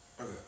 Okay